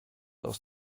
aus